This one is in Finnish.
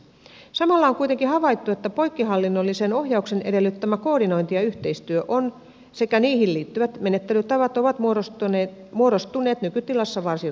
samalla on kuitenkin havaittu että poikkihallinnollisen ohjauksen edellyttämä koordinointi ja yhteistyö sekä niihin liittyvät menettelytavat ovat muodostuneet nykytilassa varsin raskaiksi